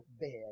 bed